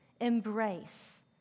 embrace